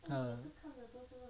ya